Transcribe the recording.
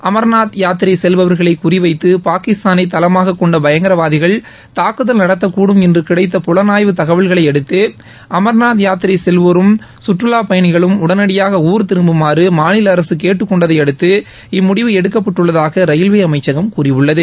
அமர்நாத் யாத்திரை செல்பவர்களை குறிவைத்து பாகிஸ்தானை தலமாக கொண்ட பயங்கரவாதிகள் தாக்குதல் நடத்தக்கூடும் என்று கிடைத்த புலனாய்வு தகவல்களையடுத்து அமர்நாத் யாத்திரை செல்வோரும் கற்றலா பயணிகளும் உடனடியாக ஊர் திரும்புமாறு மாநில அரசு கேட்டுக்கொண்டதையடுத்து இம்முடிவு எடுக்கப்பட்டுள்ளதாக ரயில்வே அமைச்சகம் கூறியுள்ளது